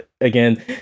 Again